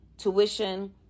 tuition